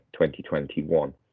2021